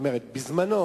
כלומר בזמנו